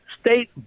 state